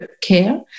care